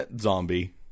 Zombie